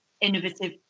innovative